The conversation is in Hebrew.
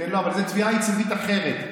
אבל זו תביעה ייצוגית אחרת.